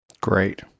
Great